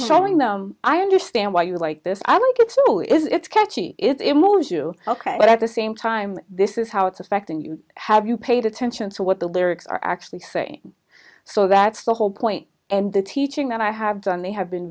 showing them i understand why you like this i want to do is it catchy it moves you ok but at the same time this is how it's affecting you have you paid attention to what the lyrics are actually saying so that's the whole point and the teaching that i have done they have been